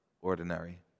ordinary